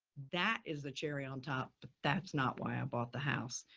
that is the cherry on top. that's not why i bought the house.